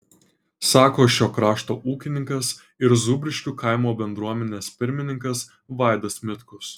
sako šio krašto ūkininkas ir zūbiškių kaimo bendruomenės pirmininkas vaidas mitkus